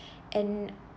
and